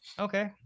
okay